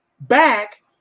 back